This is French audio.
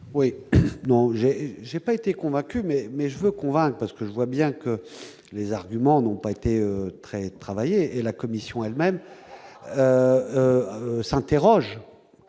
de vote. Je n'ai pas été convaincu, mais je veux convaincre, parce que je vois bien que les arguments n'ont pas été très travaillés ... Oh !... et que la commission elle-même s'interroge.